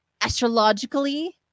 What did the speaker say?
astrologically